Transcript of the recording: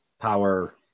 power